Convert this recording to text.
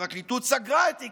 הפרקליטות סגרה את תיק